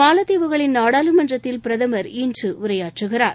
மாலத்தீவுகளின் நாடாளுமன்றத்தில் பிரதமர் இன்று உரையாற்றுகிறார்